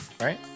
right